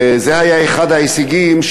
זה היה אחד ההישגים,